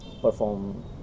perform